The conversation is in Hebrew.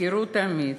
תזכרו תמיד